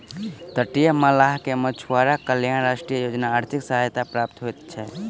तटीय मल्लाह के मछुआरा कल्याण राष्ट्रीय योजना आर्थिक सहायता प्राप्त होइत छै